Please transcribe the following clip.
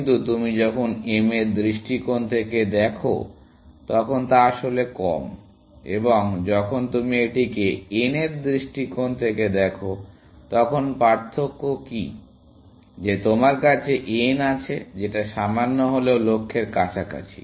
কিন্তু তুমি যখন m এর দৃষ্টিকোণ থেকে দেখো তখন তা আসলে কম এবং যখন তুমি এটিকে n এর দৃষ্টিকোণ থেকে দেখে থাকো তখন পার্থক্য কি যে তোমার কাছে n আছে যেটা সামান্য হলেও লক্ষ্যের কাছাকাছি